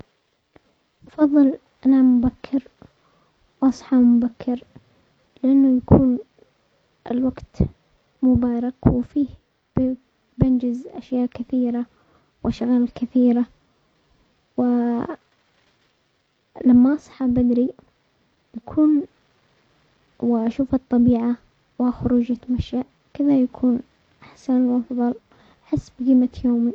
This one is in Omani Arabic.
افضل انام مبكر واصحى مبكر، لانه يكون الوقت مبارك وفيه بنجز اشياء كثيرة واشغال كثيرة ولما اصحى بدري بكون واشوف الطبيعة واخرج اتمشى كما يكون احسن وافضل احس بقيمة يومي.